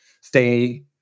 stay